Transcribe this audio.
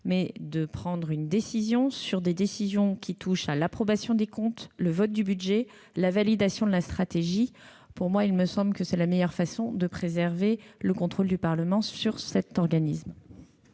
mais prend des décisions touchant à l'approbation des comptes, le vote du budget, la validation de la stratégie. Cela me semble être la meilleure façon de préserver le contrôle du Parlement sur cet organisme.